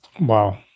Wow